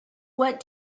what